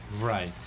Right